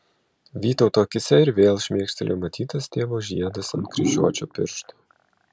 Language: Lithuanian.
vytauto akyse ir vėl šmėkštelėjo matytas tėvo žiedas ant kryžiuočio piršto